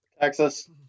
Texas